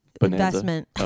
investment